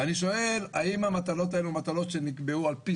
ואני שואל האם המטלות הללו הן מטלות שנקבעו על פי